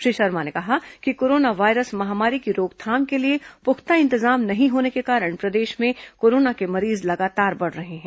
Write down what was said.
श्री शर्मा ने कहा कि कोरोना वायरस महामारी की रोकथाम के लिए पुख्ता इंतजाम नहीं होने के कारण प्रदेश में कोरोना के मरीज लगातार बढ़ रहे हैं